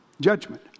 Judgment